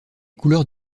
couleurs